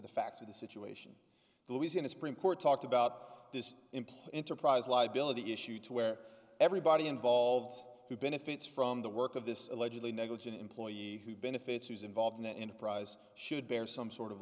the facts of the situation the louisiana supreme court talked about this implied enterprise liability issue too where everybody involved who benefits from the work of this allegedly negligent employee who benefits who's involved in that enterprise should bear some sort of